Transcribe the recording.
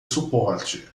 suporte